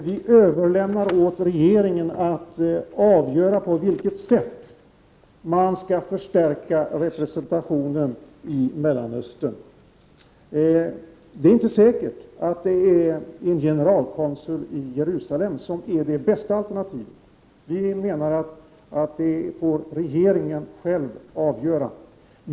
Vi överlämnar åt regeringen att avgöra på vilket sätt man skall förstärka representationen i Mellanöstern. Det är inte säkert att en generalkonsul i Jerusalem är det bästa alternativet. Det får regeringen avgöra, menar vi.